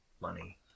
money